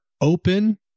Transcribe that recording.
open